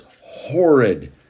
horrid